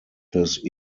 his